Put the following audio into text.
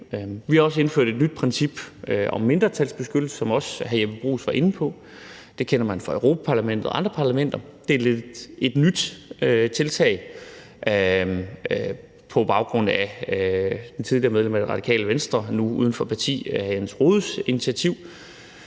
Vi har også indført et nyt princip om mindretalsbeskyttelse, som også hr. Jeppe Bruus var inde på. Det kender man fra Europa-Parlamentet og andre parlamenter. Det er lidt et nyt tiltag på tidligere medlem af Det Radikale Venstre, nu uden for parti, hr. Jens Rohdes initiativ.